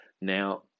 Now